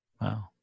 Wow